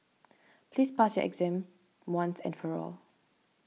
please pass your exam once and for all